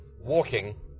walking